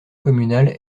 communal